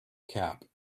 cap